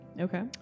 Okay